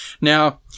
Now